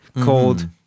called